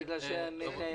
אחלה.